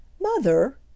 Mother